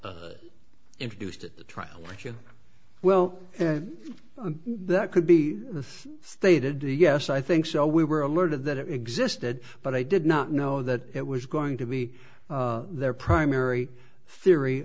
introduced at the trial which you well and that could be stated yes i think so we were alerted that it existed but i did not know that it was going to be their primary theory